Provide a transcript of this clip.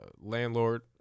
landlord